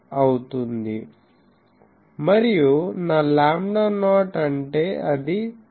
అవుతుంది మరియు నా లాంబ్డా నాట్ అంటే అది 2